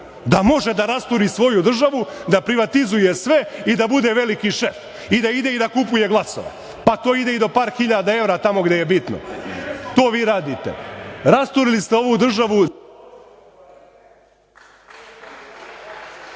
da može da rasturi svoju državu, da privatizuje sve i da bude veliki šef i da ide da kupuje glasove, pa to ide i do par hiljada evra tamo gde je bitno? To vi radite. Rasturili ste ovu državu